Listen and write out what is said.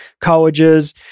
colleges